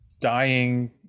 dying